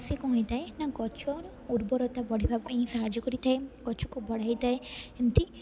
ସେ କ'ଣ ହେଇଥାଏ ନା ଗଛର ଉର୍ବରତା ବଢ଼ିବା ପାଇଁ ସାହାଯ୍ୟ କରିଥାଏ ଗଛକୁ ବଢ଼ାଇଥାଏ ଏମିତି